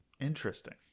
Interesting